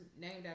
named